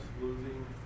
losing